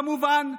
כמובן,